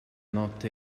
notte